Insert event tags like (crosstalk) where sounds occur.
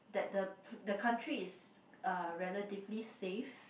that the (breath) the country is uh relatively safe